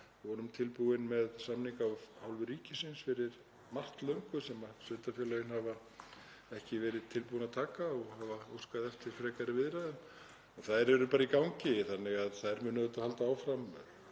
Við vorum tilbúin með samninga af hálfu ríkisins fyrir margt löngu sem sveitarfélögin hafa ekki verið tilbúin að taka og hafa óskað eftir frekari viðræðum. Þær eru bara í gangi og þær munu auðvitað halda áfram.